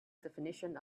definition